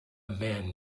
man